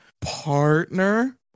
partner